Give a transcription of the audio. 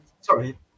Sorry